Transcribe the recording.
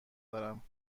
دارم